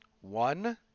One